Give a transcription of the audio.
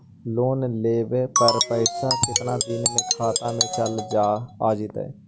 Loan लेब पर पैसा कितना दिन में खाता में चल आ जैताई?